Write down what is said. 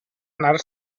anar